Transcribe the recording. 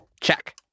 Check